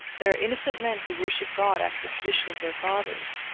there are innocent men who worship god after the tradition of their fathers,